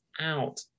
out